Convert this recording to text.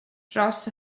dros